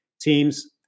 teams